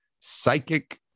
psychic